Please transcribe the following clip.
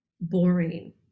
boring